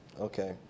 okay